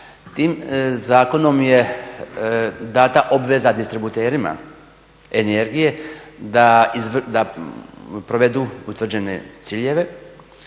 Tim zakonom je dana obveza distributerima energije da provedu utvrđene ciljeve